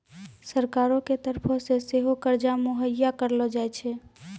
सरकारो के तरफो से सेहो कर्जा मुहैय्या करलो जाय छै